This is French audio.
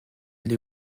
les